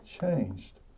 changed